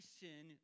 sin